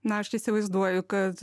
na aš įsivaizduoju kad